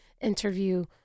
interview